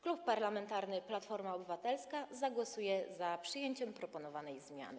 Klub Parlamentarny Platforma Obywatelska zagłosuje za przyjęciem proponowanej zmiany.